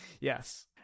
Yes